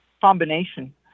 combination